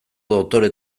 doktore